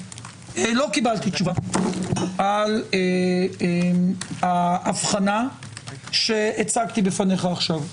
לא קיבלתי תשובה על ההבחנה שהצגתי בפניך עכשיו.